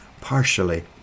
partially